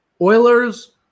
Oilers